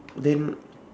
then